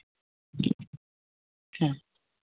ᱦᱮᱸ